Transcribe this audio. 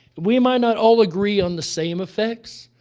we might not all agree on the same effects,